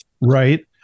Right